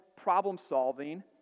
problem-solving